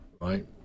right